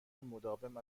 مداوم